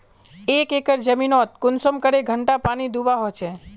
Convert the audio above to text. एक एकर जमीन नोत कुंसम करे घंटा पानी दुबा होचए?